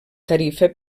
tarifa